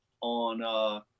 on